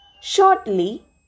Shortly